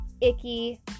icky